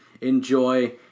enjoy